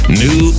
new